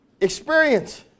experience